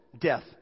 death